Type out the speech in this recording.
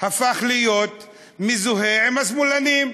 הפך להיות מזוהה עם השמאלנים?